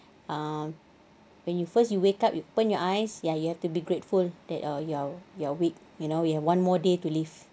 um when you first you wake up you open your eyes ya you have to be grateful that uh you're you're you're awake you know we have one more day to live